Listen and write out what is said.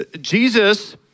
Jesus